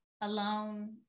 alone